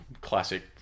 classic